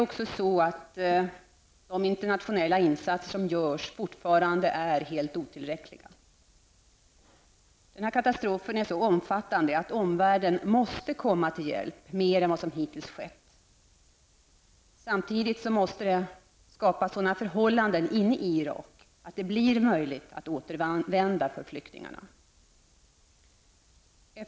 De internationella insatser som görs är dock fortfarande otillräckliga. Denna katastrof är så omfattande att omvärlden måste komma till hjälp mer än vad som hittills har skett. Samtidigt måste sådana förhållanden skapas inne i Irak att det blir möjligt för flyktingarna att återvända.